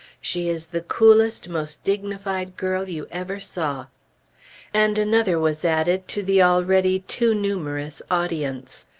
she is the coolest, most dignified girl you ever saw and another was added to the already too numerous audience.